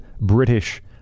British